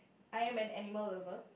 I am an animal lover